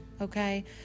okay